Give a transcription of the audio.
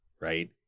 right